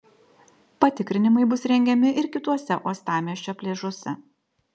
patikrinimai bus rengiami ir kituose uostamiesčio pliažuose